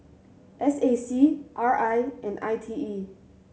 S A C R I and I T E